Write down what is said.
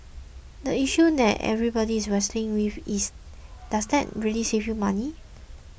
the issue that everybody is wrestling with is does that really save you money